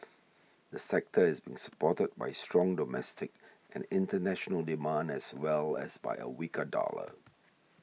the sector is being supported by strong domestic and international demand as well as by a weaker dollar